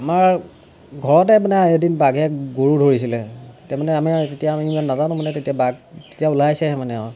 আমাৰ ঘৰতে মানে এদিন বাঘে গৰু ধৰিছিলে তেতিয়া মানে আমাৰ তেতিয়া ইমান নাজানোঁ মানে বাঘ তেতিয়া ওলাইছেহে মানে